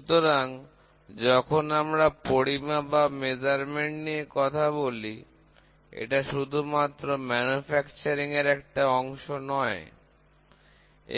সুতরাং যখন আমরা পরিমাপ নিয়ে কথা বলি এটা শুধুমাত্র উত্পাদন এর একটা অংশ নয়